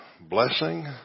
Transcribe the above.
blessing